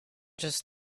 just